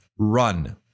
run